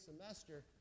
semester